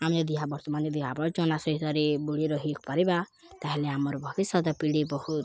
ଆମେ ଯଦି ଏହା ବର୍ତ୍ତମାନେ ଯଦି ଏହା ପରେ ସରେ ବୁଡ଼ି ରହିି ପାରିବା ତାହେଲେ ଆମର ଭବିଷ୍ୟତ ପିଢ଼ି ବହୁତ